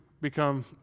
become